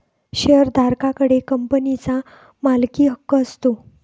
शेअरधारका कडे कंपनीचा मालकीहक्क असतो